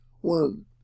one